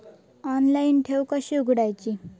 Online ठेव कशी उघडायची?